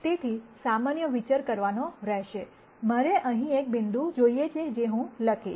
તેથી સામાન્ય વિચાર કહેવાનો રહેશે મારે અહીં એક બિંદુ જોઈએ છે જે હું લખીશ